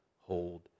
hold